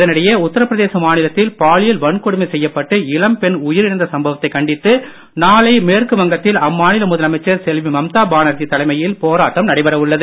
இதனிடையே உத்தரபிரதேச மாநிலத்தில் பாலியல் வன்கொடுமை செய்யப்பட்டு இளம்பெண் உயிரிழந்த சம்பவத்தை கண்டித்து நாளை மேற்குவங்கத்தில் அம்மாநில முதலமைச்சர் செல்வி மம்தா பானர்ஜி தலைமையில் போராட்டம் நடைபெற உள்ளது